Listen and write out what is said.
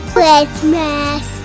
Christmas